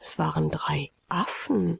es waren drei affen